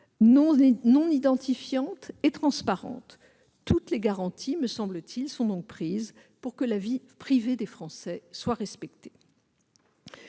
non identifiante et transparente. Toutes les garanties me semblent donc prises pour que la vie privée des Français soit respectée.